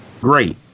great